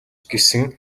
гэсэн